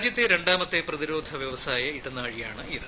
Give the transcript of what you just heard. രാജ്യത്തെ രണ്ടാമത്തെ പ്രതിരോധ വ്യവസായ ഇടനാഴിയാണിത്